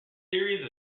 series